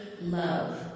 love